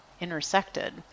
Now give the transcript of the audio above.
intersected